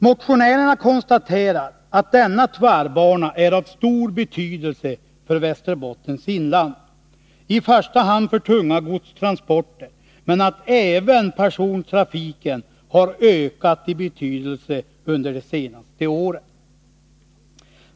Motionärerna konstaterar att denna tvärbana är av stor betydelse för Västerbottens inland, i första hand för tunga godstransporter, men att även persontrafiken har ökat i betydelse under de senaste åren.